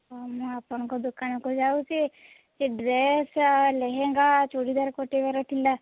ହଉ ମୁଁ ଆପଣଙ୍କ ଦୋକାନକୁ ଯାଉଛି ସେ ଡ୍ରେସ୍ ଆ ଲେହେଙ୍ଗା ଚୁଡ଼ିଦାର କଟେଇବାର ଥିଲା